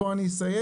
פה אני אסייג,